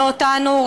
לא אותנו,